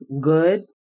good